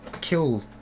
kill